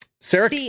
Sarah